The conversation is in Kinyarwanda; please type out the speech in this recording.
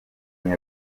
kuba